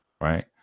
right